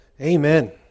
Amen